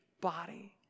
body